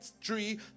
tree